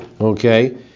okay